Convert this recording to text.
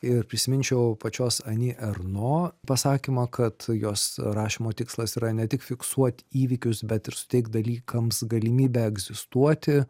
ir prisiminčiau pačios ani erno pasakymą kad jos rašymo tikslas yra ne tik fiksuot įvykius bet ir suteikt dalykams galimybę egzistuoti